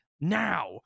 now